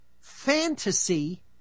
fantasy